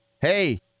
Hey